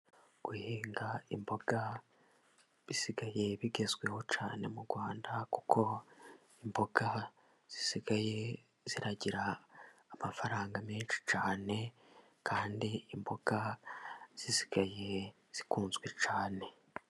Guhinga imboga bisigaye bigezweho cyane mu Rwanda, kuko imboga zisigaye zigira amafaranga menshi cyane, kandi imboga zisigaye zikunzwe cyane.